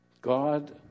God